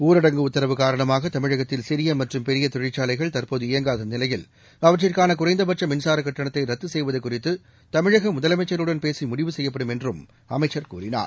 ஊரடங்கு உத்தரவு காரணமாக தமிழகத்தில் சிறிய மற்றும் பெரிய தொழிற்சாலைகள் தற்போது இயங்காத நிலையில் அவற்றிற்கான குறைந்தபட்ச மின்சார கட்டணத்தை ரத்து செய்வது குறித்து தமிழக முதலமைச்சருடன் பேசி முடிவு செய்யப்படும் என்றும் அமைச்சர் கூறினார்